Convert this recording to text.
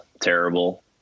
terrible